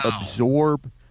absorb